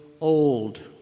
old